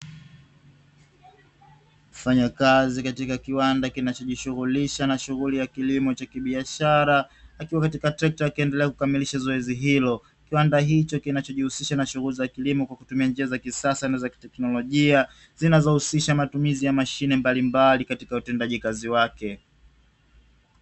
Mfanyakazi katika kiwanda kinachojishughulisha na shughuli ya kilimo cha kibiashara, akiwa katika trekta akiendelea kukamilisha zoezi hilo. Kiwanda hicho kinachojihusisha na shughuli za kilimo kwa kutumia njia za kisasa na kiteknolojia, zinazohusisha matumizi ya mashine mbalimbali katika utendaji kazi wake.